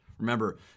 Remember